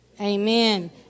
amen